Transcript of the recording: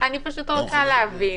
אני פשוט רוצה להבין